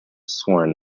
sworn